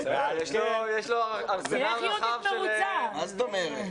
תראה איך יהודית מרוצה.